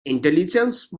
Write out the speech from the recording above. intelligence